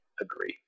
agree